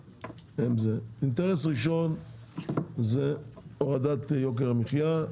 אינטרס ראשון הורדת יוקר המחיה,